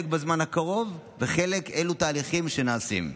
וחלק בזמן הקרוב, וחלק אלו תהליכים שנעשים.